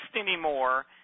anymore